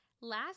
Last